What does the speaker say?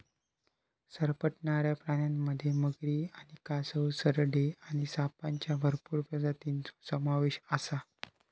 सरपटणाऱ्या प्राण्यांमध्ये मगरी आणि कासव, सरडे आणि सापांच्या भरपूर प्रजातींचो समावेश आसा